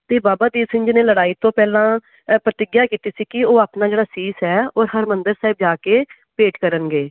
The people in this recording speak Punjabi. ਅਤੇ ਬਾਬਾ ਦੀਪ ਸਿੰਘ ਜੀ ਨੇ ਲੜਾਈ ਤੋਂ ਪਹਿਲਾਂ ਅ ਪ੍ਰਤਿਗਿਆ ਕੀਤੀ ਸੀ ਕਿ ਉਹ ਆਪਣਾ ਜਿਹੜਾ ਸੀਸ ਹੈ ਉਹ ਹਰਿਮੰਦਰ ਸਾਹਿਬ ਜਾ ਕੇ ਭੇਟ ਕਰਨਗੇ